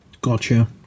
Gotcha